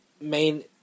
main